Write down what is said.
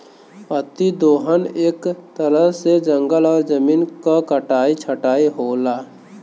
अति दोहन एक तरह से जंगल और जमीन क कटाई छटाई होला